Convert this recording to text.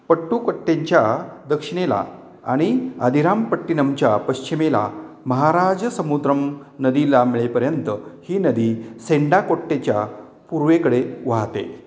पट्टुक्कोट्टैच्या दक्षिणेला आणि अधिरांपट्टिनमच्या पश्चिमेला महाराजसमुद्रम नदीला मिळेपर्यंत ही नदी सेंडाकौट्टेच्या पूर्वेकडे वाहते